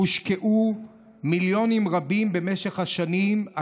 הושקעו מיליונים רבים במשך השנים.